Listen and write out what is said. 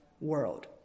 world